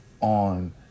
on